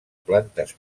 plantes